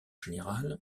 général